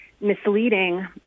misleading